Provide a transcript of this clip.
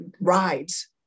rides